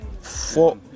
four